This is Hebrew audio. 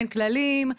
אין כללים,